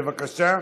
בבקשה.